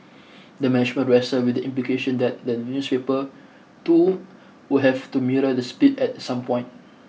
the management wrestled with the implication that the newspaper too would have to mirror the split at some point